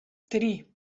три